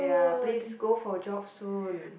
ya please go for job soon